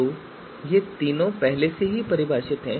तो ये तीनों पहले से ही परिभाषित हैं